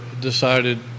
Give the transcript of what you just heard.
decided